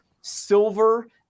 silver